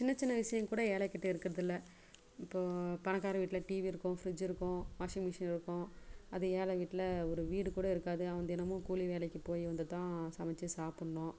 சின்ன சின்ன விஷயம் கூட ஏழை கிட்ட இருக்கிறதுல்ல இப்போது பணக்கார வீட்டில் டிவி இருக்கும் ஃப்ரிட்ஜ் இருக்கும் வாஷிங் மிஷின் இருக்கும் அதே ஏழை வீட்டில் ஒரு வீடு கூட இருக்காது அவன் தினமும் கூலி வேலைக்குப் போய் வந்துதான் சமைச்சி சாப்புடணும்